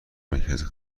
مرکز